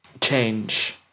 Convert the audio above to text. change